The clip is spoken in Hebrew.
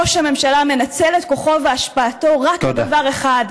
ראש הממשלה מנצל את כוחו והשפעתו רק לדבר אחד,